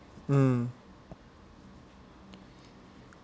mm